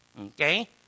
Okay